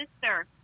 sister